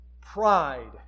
Pride